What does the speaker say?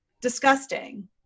disgusting